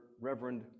Reverend